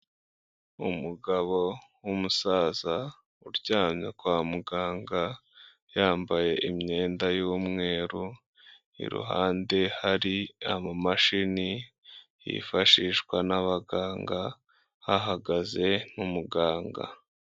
Umugabo w'umusaza, uryamye kwa muganga, yambaye imyenda y'umweru, iruhande hari amamashini yifashishwa n'abaganga, hahagaze n'umuganga.